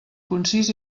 concís